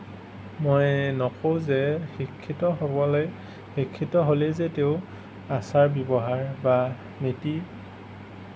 মই নকওঁ যে শিক্ষিত হ'বলে শিক্ষিত হ'লেই যে তেওঁ আচাৰ ব্যৱহাৰ বা নীতি